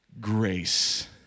grace